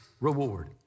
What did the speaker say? reward